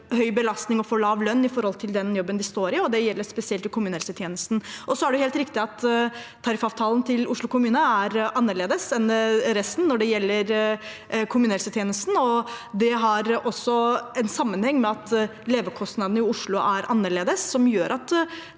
og for lav lønn i forhold til den jobben de står i, og det gjelder spesielt i kommunehelsetjenesten. Det er helt riktig at tariffavtalen til Oslo kommune er annerledes enn i resten av landet når det gjelder kommunehelsetjenesten. Det har også en sammenheng med at levekostnadene i Oslo er annerledes, noe som gjør at